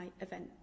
event